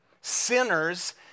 Sinners